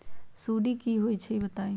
सुडी क होई छई बताई?